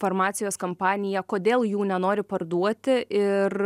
farmacijos kompanija kodėl jų nenori parduoti ir